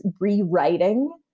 rewriting